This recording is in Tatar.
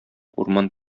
урман